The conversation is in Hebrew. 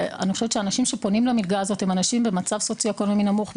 האנשים שפונים למלגה הזו הם אנשים במצב סוציו-אקונומי נמוך,